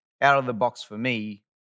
out-of-the-box-for-me